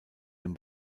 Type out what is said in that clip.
den